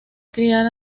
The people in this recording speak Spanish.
criar